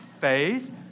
face